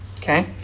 Okay